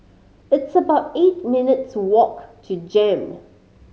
it's about eight minutes' walk to JEM